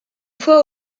fois